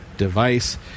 device